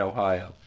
Ohio